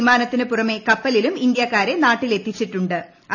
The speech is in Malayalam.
വിമാനത്തിന് പുറമെ കപ്പലിലും ഇന്ത്യാക്കാരെ നാട്ടിലെത്തിച്ചിട്ടു ്